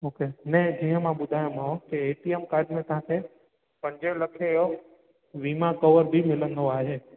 मूंखे न जीअं मां ॿुधायोमांव की ए टी एम काड में तव्हांखे पंजे लखे जो वीमा कवर बि मिलंदो